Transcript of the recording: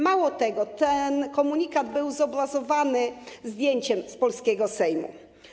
Mało tego, ten komunikat był zobrazowany zdjęciem z polskiego Sejmu.